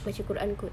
baca quran kot